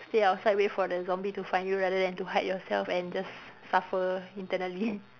stay outside wait for the zombie to find you rather than to hide yourself and just suffer internally